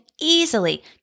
easily